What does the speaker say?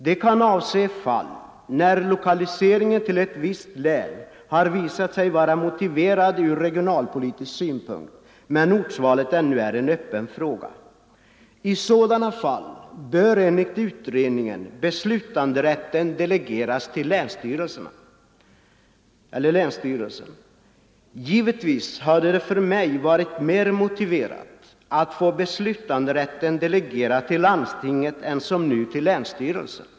Det kan avse fall när lokaliseringen till ett visst län har visat sig vara motiverad ur regionalpolitisk synpunkt men ortsvalet ännu är en öppen fråga. I sådana fall bör enligt utredningen beslutanderätten delegeras till länsstyrelsen. Givetvis hade det för mig varit mer motiverat att få beslutanderätten delegerad till landstinget än som nu till länsstyrelsen.